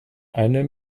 eine